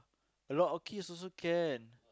a lot of kids also can